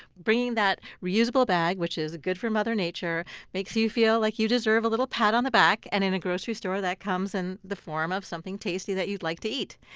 bringing that reusable bag which is good for mother nature makes you feel like you deserve a little pat on the back, and in a grocery store that comes in the form of something tasty that you like to eat.